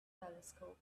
telescope